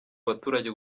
abaturage